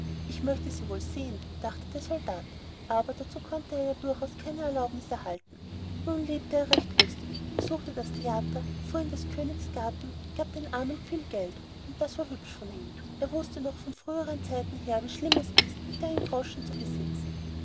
ich möchte sie wohl sehen dachte der soldat aber dazu konnte er ja durchaus keine erlaubnis erhalten nun lebte er recht lustig besuchte das theater fuhr in des königs garten und gab den armen viel geld und das war hübsch von ihm er wußte noch von früheren zeiten her wie schlimm es ist nicht einen groschen zu besitzen